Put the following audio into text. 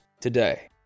today